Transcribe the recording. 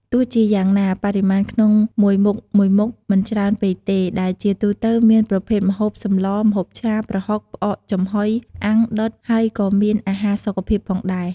ទោះជាយ៉ាងណា បរិមាណក្នុងមួយមុខៗមិនច្រើនពេកទេ ដែលជាទូទៅមាន ប្រភេទម្ហូប សម្លរ ម្ហូបឆា ប្រហុក ផ្អកចំហុយ អាំង ដុត ហើយក៏មានអារហារសុខភាពផងដែរ។